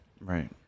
Right